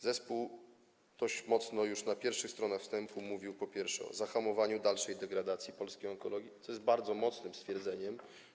Zespół dość mocno już na pierwszych stronach wstępu mówił, po pierwsze, o zahamowaniu dalszej degradacji polskiej onkologii, co jest bardzo mocnym stwierdzeniem.